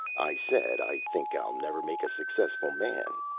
i said i think i'll never make a successful man.